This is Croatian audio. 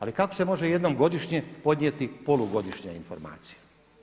Ali kako se može jednom godišnje podnijeti polugodišnja informacija?